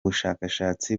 bushakashatsi